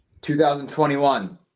2021